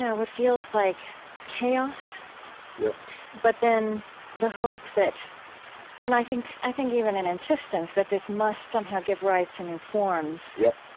yeah what feels like chaos yeah but then the hope that and i think i think even an insistence that this must somehow give rise to new forms. yeah